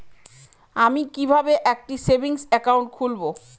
আমি কিভাবে একটি সেভিংস অ্যাকাউন্ট খুলব?